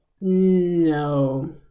No